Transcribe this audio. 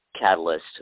catalyst